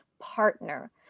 partner